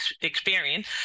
experience